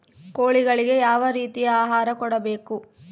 ಕೋಳಿಗಳಿಗೆ ಯಾವ ರೇತಿಯ ಆಹಾರ ಕೊಡಬೇಕು?